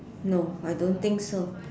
no I don't think so